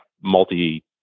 multi